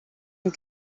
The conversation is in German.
und